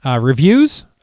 Reviews